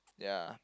ya